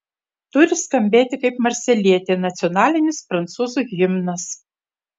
turi skambėti kaip marselietė nacionalinis prancūzų himnas